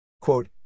Quote